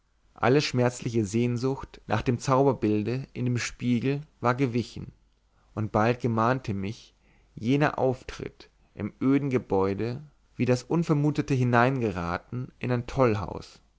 alle schmerzliche sehnsucht nach dem zauberbilde in dem spiegel war gewichen und bald gemahnte mich jener auftritt im öden gebäude wie das unvermutete hineingeraten in ein tollhaus